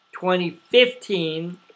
2015